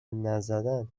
نزدن